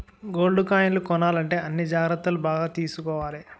gold కాయిన్లు కొనాలంటే అన్ని జాగ్రత్తలు బాగా తీసుకోవాలి